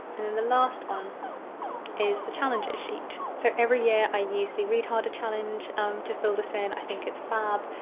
and then the last one is the challenges sheet so every year i use the read harder challenge to fill this in i think it's fab.